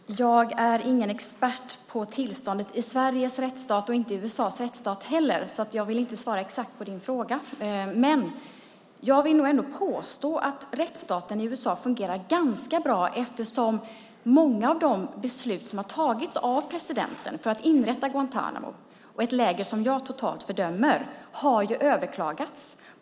Herr talman! Jag är ingen expert på tillståndet i Sverige som rättsstat och inte på USA som rättsstat heller, så jag vill inte svara exakt på din fråga. Men jag vill ändå påstå att rättsstaten USA fungerar ganska bra, eftersom många av de beslut som har tagits av presidenten för att inrätta Guantánamo - ett läger som jag totalt fördömer - ju har överklagats.